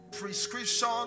prescription